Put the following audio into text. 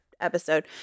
episode